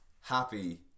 happy